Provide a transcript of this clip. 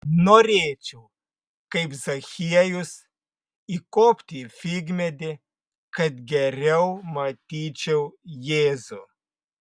norėčiau kaip zachiejus įkopti į figmedį kad geriau matyčiau jėzų